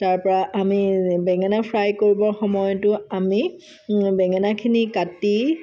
তাৰপৰা আমি বেঙেনা ফ্ৰাই কৰিবৰ সময়তো আমি বেঙেনাখিনি কাটি